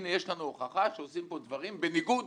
הנה יש לנו הוכחה שעושים פה דברים בניגוד